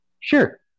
Sure